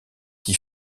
qui